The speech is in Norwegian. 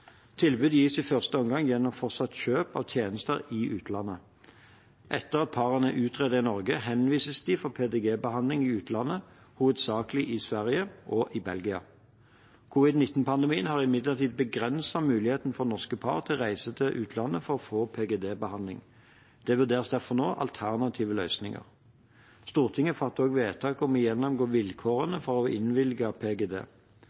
gis i første omgang gjennom fortsatt kjøp av tjenester i utlandet. Etter at parene er utredet i Norge, henvises de for PGD-behandling i utlandet, hovedsakelig i Sverige og i Belgia. Covid-19-pandemien har imidlertid begrenset muligheten for norske par til å reise til utlandet for å få PGD-behandling. Det vurderes derfor nå alternative løsninger. Stortinget fattet også vedtak om å gjennomgå vilkårene for å innvilge PGD.